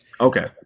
Okay